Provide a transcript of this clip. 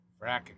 fracking